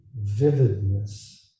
vividness